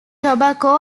tobacco